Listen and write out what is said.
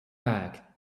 back